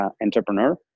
entrepreneur